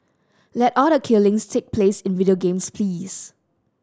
let all the killings take place in video games please